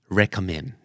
recommend